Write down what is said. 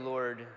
Lord